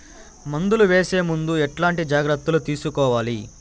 మందులు వేసే ముందు ఎట్లాంటి జాగ్రత్తలు తీసుకోవాలి?